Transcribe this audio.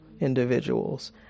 individuals